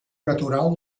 natural